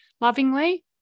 lovingly